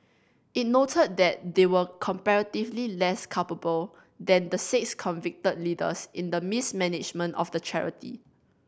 it noted that they were comparatively less culpable than the six convicted leaders in the mismanagement of the charity